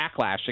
backlash